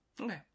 Okay